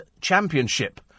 Championship